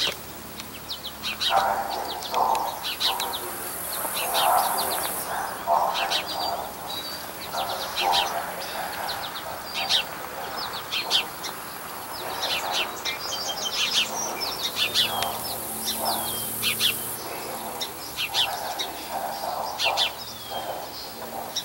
Hapa ni kwenye soko. Soko ili lina watu wengi sana , wauzaji na wanunuzi. Tupata kuwa kuna biashara kadhalika inayoendelezwa kwenye soko ili . Pia serikali imejenga soko ili kusaidia wenyeji wa sehemu hii kufanya biashara zao bila tatizo lolote.